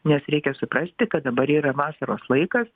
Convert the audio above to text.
nes reikia suprasti kad dabar yra vasaros laikas